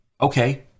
okay